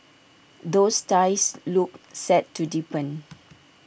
those ties look set to deepen